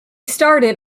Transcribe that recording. started